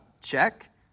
check